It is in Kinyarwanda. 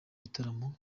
gitaramo